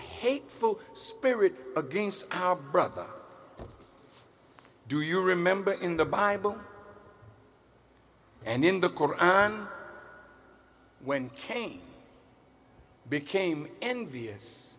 hateful spirit against our brother do you remember in the bible and in the koran when cain became envious